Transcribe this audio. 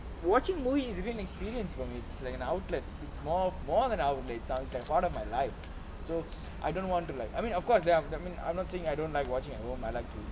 watching movies you mean experience from it's like an outlet it's more more than our plates sounds that's part of my life so I don't want to like I mean of course then after that I mean I'm not saying I don't like watching at home I like to